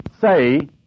say